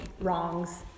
wrongs